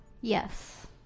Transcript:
Yes